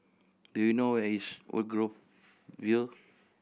do you know where is Woodgrove View